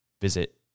visit